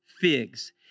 figs